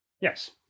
Yes